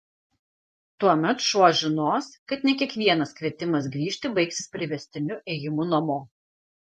tuomet šuo žinos kad ne kiekvienas kvietimas grįžti baigsis priverstiniu ėjimu namo